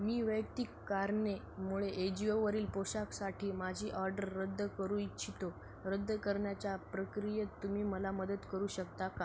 मी वैयक्तिक कारणे मुळे एजिओवरील पोशाखसाठी माझी ऑर्डर रद्द करू इच्छितो रद्द करण्याच्या प्रक्रियेत तुम्ही मला मदत करू शकता का